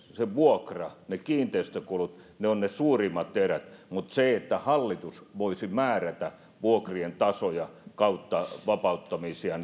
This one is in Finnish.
vuokra ja kiinteistökulut ovat ne suurimmat erät mutta se että hallitus voisi määrätä vuokrien tasoja vapauttamisia